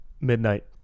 midnight